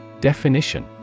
Definition